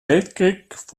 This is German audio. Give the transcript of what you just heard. weltkrieg